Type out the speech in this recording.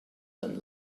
than